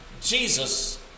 Jesus